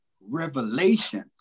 Revelations